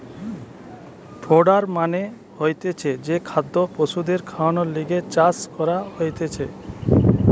fodder মানে হতিছে যে খাদ্য পশুদের খাওয়ানর লিগে চাষ করা হতিছে